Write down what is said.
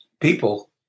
people